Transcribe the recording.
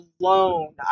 alone